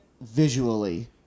visually